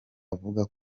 avuga